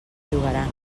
llogaran